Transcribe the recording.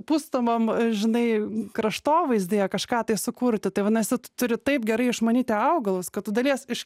pustomam žinai kraštovaizdyje kažką tai sukurti tai vadinasi turi taip gerai išmanyti augalus kad tu dalies iš